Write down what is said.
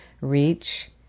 reach